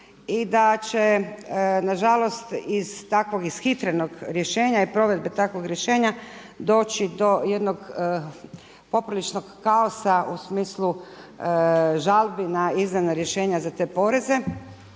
i da će nažalost iz takvog ishitrenog rješenja i provedbe takvog rješenja doći do jednog popriličnog kaosa u smislu žalbi na izdana rješenja za te poreze.